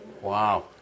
Wow